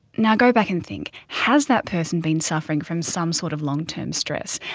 now go back and think. has that person been suffering from some sort of long term stress?